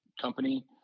company